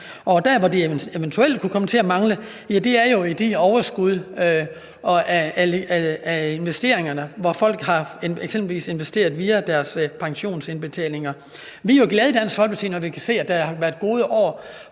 Der, hvor de eventuelt kunne komme til at mangle, er jo i de overskud af investeringerne, hvor folk eksempelvis har investeret via deres pensionsindbetalinger. Vi er jo glade i Dansk Folkeparti, når vi kan se, at der har været gode år